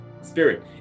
spirit